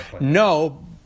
No